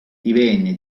divenne